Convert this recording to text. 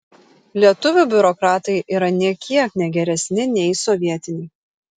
lietuvių biurokratai yra nė kiek ne geresni nei sovietiniai